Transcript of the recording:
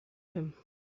him